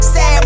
Sad